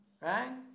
right